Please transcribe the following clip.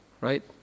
Right